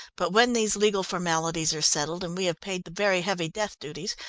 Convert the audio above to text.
but when these legal formalities are settled, and we have paid the very heavy death duties,